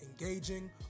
engaging